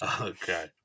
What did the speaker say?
Okay